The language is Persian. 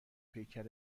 پیکر